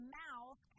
mouth